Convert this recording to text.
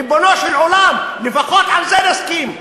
ריבונו של עולם, לפחות על זה נסכים.